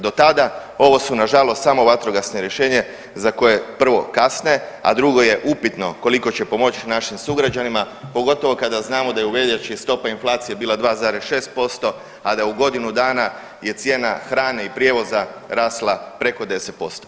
Do tada ovo su nažalost samo vatrogasna rješenja za koje prvo kasne, a drugo je upitno koliko će pomoć našim sugrađanima, pogotovo kada znamo da je u veljači stopa inflacije bila 2,6%, a u godinu dana je cijena hrane i prijevoza rasla preko 10%